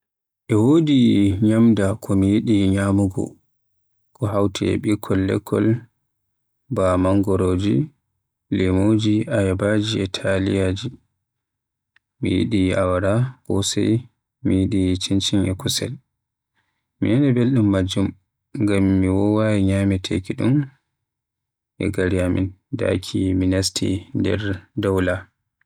E wodi ñyamda ko mi yiɗi nyamugo ko hawti e bikkol lekkol baano mangoroje, lemoji, ayabaaji e taliyaaji. Mi yiɗi awara, kosai, mi yiɗi cincin e kusel. Mi nana beldum maajjum ngam mi wowaay nyameteki ndu e gari amin, daaki min nasti nder dowla.